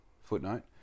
Footnote